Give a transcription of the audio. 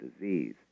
disease